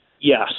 yes